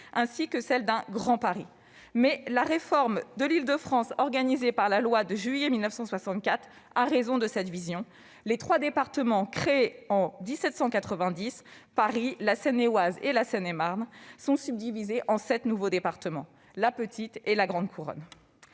ainsi que d'un « Grand Paris ». Toutefois, la réforme de l'Île-de-France organisée par la loi du 10 juillet 1964 a eu raison de cette vision. Les trois départements créés en 1790- Paris, la Seine-et-Oise et la Seine-et-Marne -sont subdivisés en sept nouveaux départements : la petite couronne et la grande couronne.